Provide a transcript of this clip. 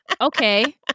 Okay